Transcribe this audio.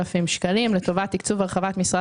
4,007,000 שקלים לטובת תקצוב הרחבת משרד